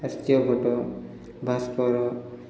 Aryabhata Bhaskar